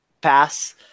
pass